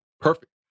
Perfect